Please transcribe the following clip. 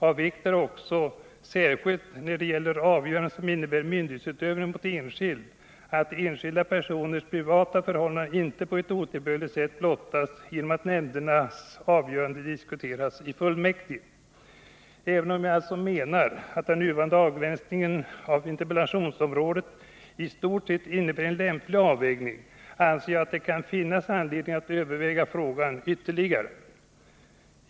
Av vikt är också, särskilt när det gäller avgöranden som innebär myndighetsutövning mot enskild, att enskilda personers privata förhållanden inte på ett otillbörligt sätt blottas genom att nämndernas avgöranden diskuteras i fullmäktige. Även om jag alltså menar att den nuvarande avgränsningen av interpellationsområdet i stort sett innebär en lämplig avvägning, anser jag att det kan finnas anledning att överväga frågan ytterligare.